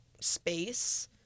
space